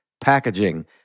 packaging